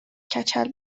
کچل